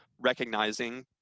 recognizing